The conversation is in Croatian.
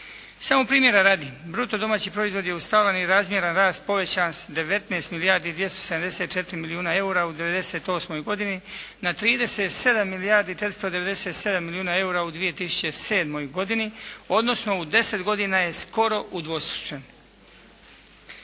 Samo primjera radi, bruto domaći proizvodi u stalan i razmjeran rast povećan s 19 milijardi i 274 milijuna eura u '98. godini na 37 milijardi 497 milijuna eura u 2007. godini, odnosno u 10 godina je skoro udvostručen.